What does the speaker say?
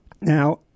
Now